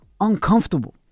uncomfortable